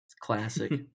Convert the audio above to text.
classic